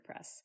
WordPress